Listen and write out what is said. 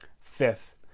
Fifth